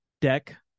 deck